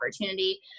opportunity